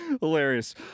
hilarious